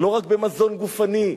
לא רק במזון גופני,